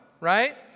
right